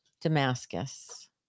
Damascus